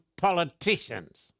politicians